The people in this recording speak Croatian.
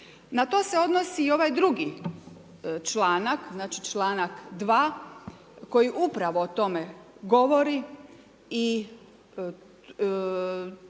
Na to se odnosi i ovaj drugi članak, znači članak 2. koji upravo o tome govori i